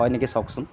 হয় নেকি চাওকচোন